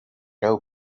doe